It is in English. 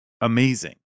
amazing